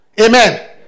Amen